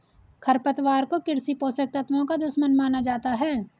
खरपतवार को कृषि पोषक तत्वों का दुश्मन माना जाता है